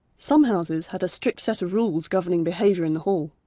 some houses had a strict set of rules governing behaviour in the hall.